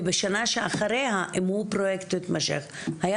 ובשנה שאחרי אם הוא פרוייקט מתמשך היה